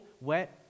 wet